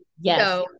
Yes